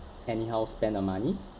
anyhow spend the money